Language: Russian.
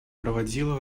проводила